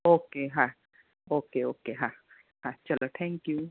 okay હા okay okay હા હા ચલો થેંક્યું